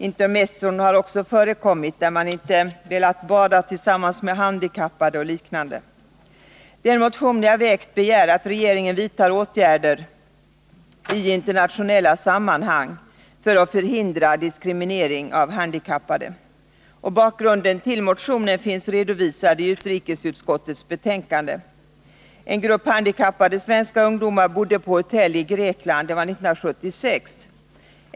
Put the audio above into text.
Intermezzon har också förekommit, där man t.ex. inte velat bada tillsammans med handikappade. I en motion som jag väckt begär jag att regeringen vidtar åtgärder i 161 internationella sammanhang för att förhindra diskriminering av handikappade. Bakgrunden till motionen finns redovisad i utrikesutskottets betänkande. En grupp handikappade svenska ungdomar bodde på hotell i Grekland. Det var 1976.